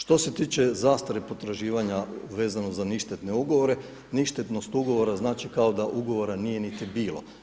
Što se tiče zastare potraživanja vezano za ništetne ugovore, ništetnost ugovora znači kao da ugovora nije niti bilo.